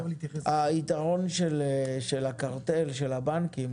היתרון של הקרטל של הבנקים,